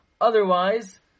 Otherwise